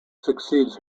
succeeds